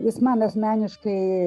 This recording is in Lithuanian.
jis man asmeniškai